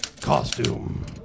costume